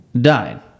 died